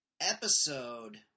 episode